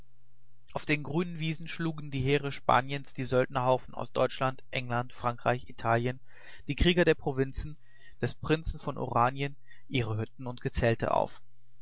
auf den grünen wiesen schlugen die heere spaniens die söldnerhaufen aus deutschland england frankreich italien die krieger der provinzen des prinzen von oranien ihre hütten und gezelte auf